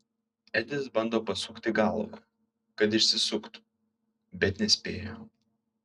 edis bando pasukti galvą kad išsisuktų bet nespėja